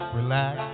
relax